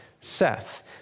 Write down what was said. Seth